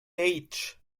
age